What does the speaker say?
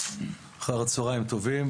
אחר הצוהריים טובים,